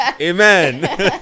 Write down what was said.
Amen